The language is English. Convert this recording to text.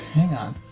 hang on.